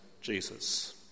Jesus